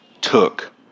took